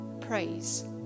praise